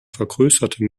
vergrößerte